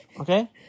Okay